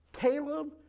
Caleb